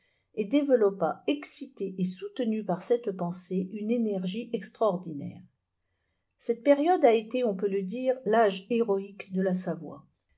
et développa excitée et soutenue par cette pensée une énergie extraordinaire cette période a été on peut le dire l'âge héroïque de la savoie